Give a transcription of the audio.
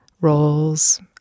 roles